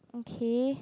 okay